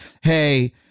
Hey